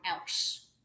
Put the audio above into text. else